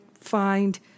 find